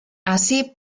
así